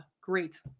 great